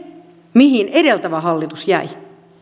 mihin edeltävä hallitus jäi